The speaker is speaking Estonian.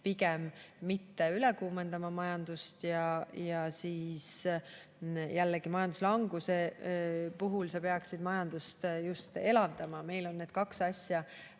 pigem mitte üle kuumendama ja majanduslanguse puhul sa peaksid majandust just elavdama. Meil on need kaks asja